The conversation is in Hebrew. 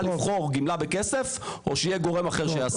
לבחור גמלה בכסף או שיהיה גורם אחר שיעסיק.